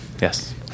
Yes